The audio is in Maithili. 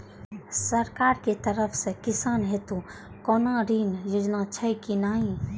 सरकार के तरफ से किसान हेतू कोना ऋण योजना छै कि नहिं?